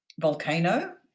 volcano